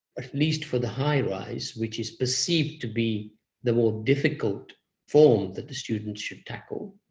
at least for the high-rise, which is perceived to be the more difficult form that the students should tackle,